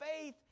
faith